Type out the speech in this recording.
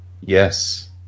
Yes